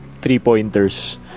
three-pointers